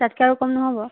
তাতকৈ আৰু কম নহ'ব